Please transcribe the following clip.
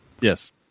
Yes